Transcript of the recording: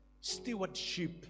stewardship